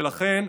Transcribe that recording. ולכן,